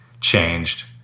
changed